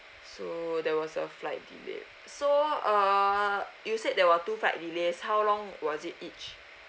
so there was a flight okay so uh you said there were two flight delays how long was it each